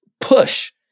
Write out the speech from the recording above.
push